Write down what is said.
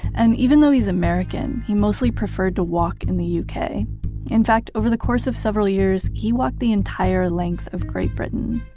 and even though he's american, he mostly preferred to walk in the yeah uk. in fact, over the course of several years, he walked the entire length of great britain.